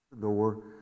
door